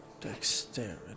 Dexterity